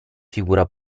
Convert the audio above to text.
figura